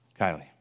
Kylie